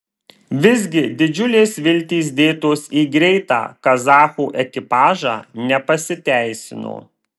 visgi didžiulės viltys dėtos į greitą kazachų ekipažą nepasiteisino